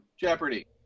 Jeopardy